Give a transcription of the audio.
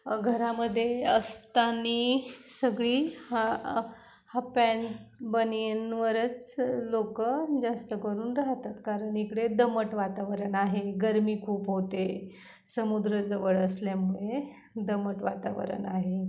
घरामध्ये असताना सगळी हा हाप पँट बनियनवरच लोक जास्त करून राहतात कारण इकडे दमट वातावरण आहे गर्मी खूप होते समुद्र जवळ असल्यामुळे दमट वातावरण आहे